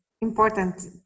important